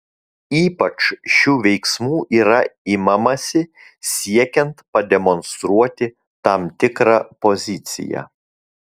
ypač šių veiksmų yra imamasi siekiant pademonstruoti tam tikrą poziciją